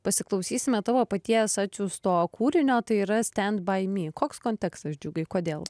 pasiklausysime tavo paties atsiųsto kūrinio tai yra stend bai my koks kontekstas džiugai kodėl